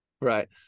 right